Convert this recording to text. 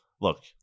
look